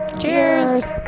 Cheers